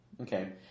Okay